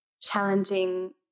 challenging